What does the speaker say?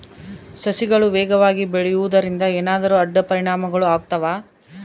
ಸಸಿಗಳು ವೇಗವಾಗಿ ಬೆಳೆಯುವದರಿಂದ ಏನಾದರೂ ಅಡ್ಡ ಪರಿಣಾಮಗಳು ಆಗ್ತವಾ?